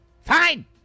Fine